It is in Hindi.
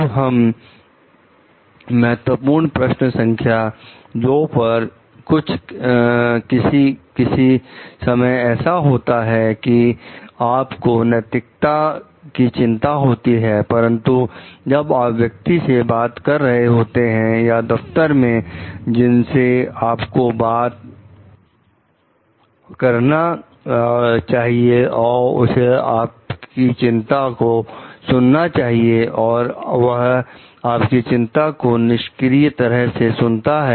अब हम महत्वपूर्ण प्रश्न संख्या दो पर कुछ किसी किसी समय ऐसा होता है कि आप को नैतिकता की चिंता होती है परंतु जब आप व्यक्ति से बात कर रहे होते हैं या दफ्तर में जिससे आपको बात करना चाहिए और उसे आपकी चिंता को सुनना चाहिए और वह आपकी चिंता को निष्क्रिय तरह से सुनता है